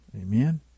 amen